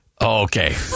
Okay